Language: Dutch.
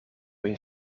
een